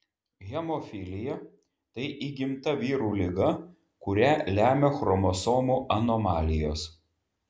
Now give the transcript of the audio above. hemofilija tai įgimta vyrų liga kurią lemia chromosomų anomalijos